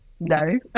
No